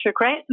right